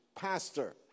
pastor